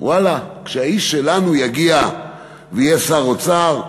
ואללה, כשהאיש שלנו יגיע ויהיה שר האוצר,